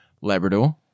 Labrador